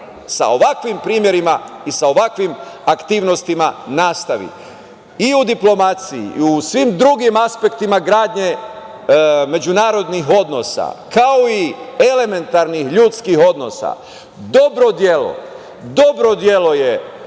sa ovakvim primerima i sa ovakvim aktivnostima nastavi i u diplomaciji i u svim drugim aspektima gradnje međunarodnih odnosa, kao i elementarnih ljudskih odnosa. Dobro delo, dobro delo je